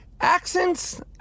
Accents